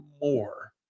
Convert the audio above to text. more